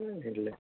એટલે